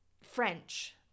French